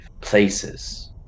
places